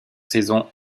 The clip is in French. saison